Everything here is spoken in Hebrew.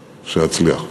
שאצליח.